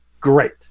great